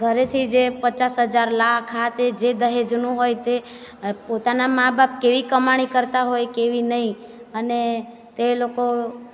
ઘરેથી જે પચાસ હજાર લાખ આતે જે દહેજનું હોય તે પોતાના માબાપ કેવી કમાણી કરતાં હોય કેવી નહીં અને તે લોકો